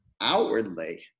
outwardly